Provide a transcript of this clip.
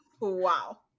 Wow